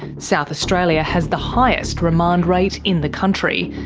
south australia has the highest remand rate in the country.